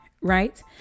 right